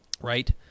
right